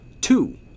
Two